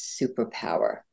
superpower